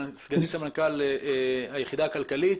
סגנית המנכ"ל, היחידה הכלכלית.